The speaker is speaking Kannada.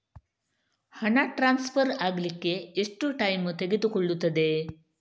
ಹಣ ಟ್ರಾನ್ಸ್ಫರ್ ಅಗ್ಲಿಕ್ಕೆ ಎಷ್ಟು ಟೈಮ್ ತೆಗೆದುಕೊಳ್ಳುತ್ತದೆ?